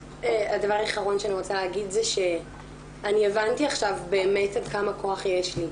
דבר אחרון שאני רוצה להגיד זה שאני הבנתי עכשיו באמת עד כמה כוח יש לי,